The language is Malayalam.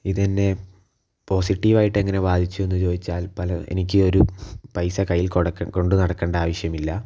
ഇതെന്നെ പോസിറ്റീവായിട്ട് എങ്ങനെ ബാധിച്ചു എന്ന് ചോദിച്ചാൽ എനിക്ക് ഒരു പൈസ കൈയ്യിൽ കൊണ്ട് നടക്കണ്ട ആവശ്യമില്ല